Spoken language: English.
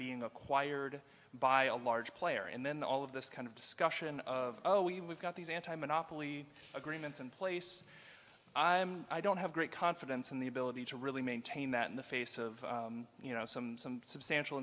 being acquired by a large player and then all of this kind of discussion of we've got these anti monopoly agreements in place i'm i don't have great confidence in the ability to really maintain that in the face of you know some substantial